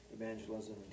evangelism